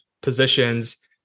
positions